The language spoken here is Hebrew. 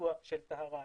לביצוע של טהרה.